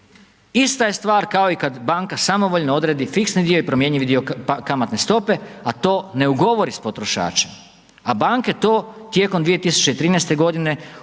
ista je stvar kao i kad banka samovoljno fiksni dio i promjenjivi dio kamatne stope a to ne ugovori sa potrošačem, a banke to tijekom 2013. g.